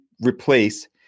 replace